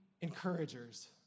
encouragers